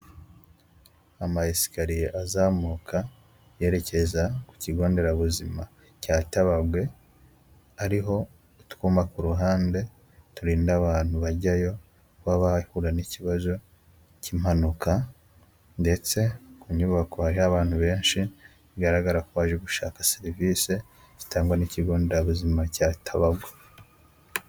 Amaesikariye azamuka yerekeza ku kigo nderabuzima cya Tabagwe, ariho utwuma ku ruhande turinda abantu bajyayo kuba bahura n'ikibazo cy'impanuka, ndetse ku nyubako hari abantu benshi bigaragara ko baje gushaka serivisi zitangwa n'ikigo nderabuzima cya Tabagwe.